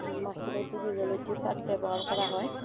মাখিলতি দীঘলতি পাত ব্যৱহাৰ কৰা হয়